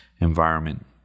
environment